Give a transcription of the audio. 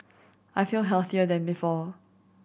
I feel healthier than before